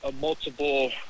multiple